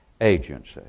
agency